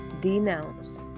denounce